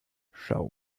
schau